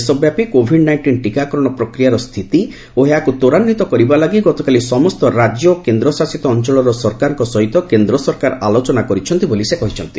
ଦେଶବ୍ୟାପୀ COVID nineteen ଟିକାକରଣ ପ୍ରକ୍ରିୟାର ସ୍ଥିତି ଓ ଏହାକୁ ତ୍ୱରାନ୍ୱିତ କରିବା ଲାଗି ଗତକାଲି ସମସ୍ତ ରାଜ୍ୟ ଓ କେନ୍ଦ୍ରଶାସିତ ଅଞ୍ଚଳର ସରକାରଙ୍କ ସହିତ କେନ୍ଦ୍ର ସରକାର ଆଲୋଚନା କରିଛନ୍ତି ବୋଲି ସେ କହିଛନ୍ତି